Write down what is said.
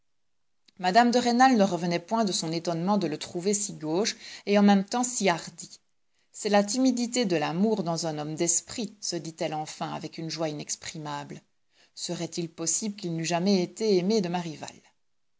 mme de rênal ne revenait point de son étonnement de le trouver si gauche et en même temps si hardi c'est la timidité de l'amour dans un homme d'esprit se dit-elle enfin avec une joie inexprimable serait-il possible qu'il n'eût jamais été aimé de ma rivale